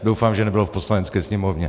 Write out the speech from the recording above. Doufám, že nebylo v Poslanecké sněmovně.